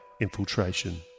infiltration